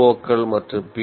ஓக்கள் மற்றும் பி